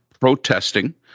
protesting